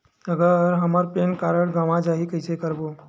अगर हमर PAN card गवां जाही कइसे करबो?